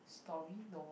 story no